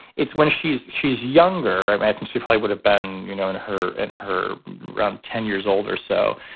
it's when she's she's younger. i mean, i think she felt would have been, you know, in her in her room, ten years old or so.